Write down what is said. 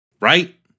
Right